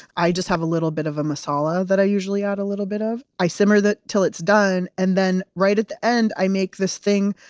i just have a little bit of a masala that i usually add a little bit of. i simmer it till it's done, and then right at the end i make this thing,